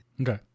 Okay